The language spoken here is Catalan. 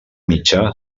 mitjà